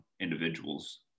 individuals